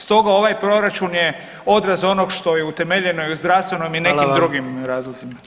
Stoga ovaj proračun je odraz onog što je utemeljeno i u zdravstvenom i nekim drugim razlozima.